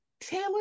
Taylor